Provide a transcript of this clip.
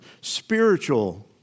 spiritual